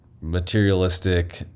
materialistic